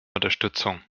unterstützung